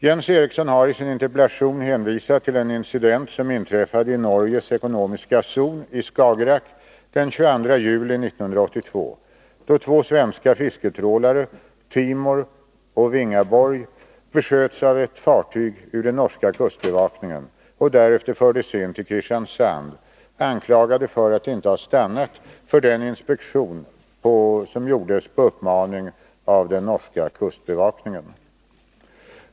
Jens Eriksson har i sin interpellation hänvisat till en incident som inträffade i Norges ekonomiska zon i Skagerack den 22 juli 1982, då två svenska fisketrålare, ”Timor” och ”Vingaborg”, besköts av ett fartyg ur den norska kustbevakningen och därefter fördes in till Kristiansand, anklagade för att inte ha stannat för inspektion på anmaning av den norska kustbevakningen.